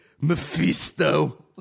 Mephisto